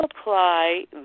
apply